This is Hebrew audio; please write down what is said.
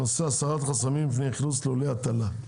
הנושא: הסרת חסמים בפני אכלוס ללולי הטלה.